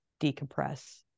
decompress